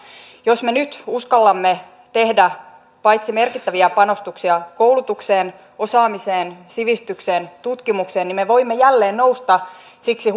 jos me nyt uskallamme tehdä merkittäviä panostuksia koulutukseen osaamiseen sivistykseen tutkimukseen niin me voimme jälleen nousta siksi